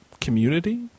Community